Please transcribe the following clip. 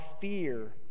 fear